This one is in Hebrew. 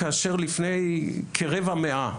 כאשר לפני כרבע מאה,